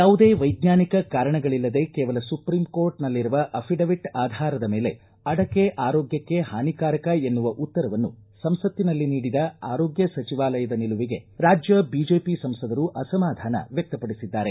ಯಾವುದೇ ವೈಜ್ಞಾನಿಕ ಕಾರಣಗಳಲ್ಲದೇ ಕೇವಲ ಸುಪ್ರೀಂ ಕೋರ್ಟನಲ್ಲಿರುವ ಅಫಿಡೆವಿಟ್ ಆಧಾರದ ಮೇಲೆ ಅಡಕೆ ಆರೋಗ್ಯಕ್ಕೆ ಹಾನಿಕಾರಕ ಎನ್ನುವ ಉತ್ತರವನ್ನು ಸಂಸತ್ತಿನಲ್ಲಿ ನೀಡಿದ ಆರೋಗ್ಯ ಸಚಿವಾಲಯದ ನಿಲುವಿಗೆ ರಾಜ್ಯ ಬಿಜೆಪಿ ಸಂಸದರು ಅಸಮಾಧಾನ ವ್ವಕ್ತ ಪಡಿಸಿದ್ದಾರೆ